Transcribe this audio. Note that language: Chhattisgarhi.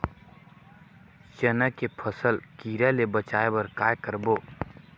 चना के फसल कीरा ले बचाय बर का करबो?